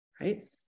right